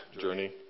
journey